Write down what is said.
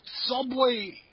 subway